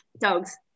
Dogs